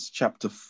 chapter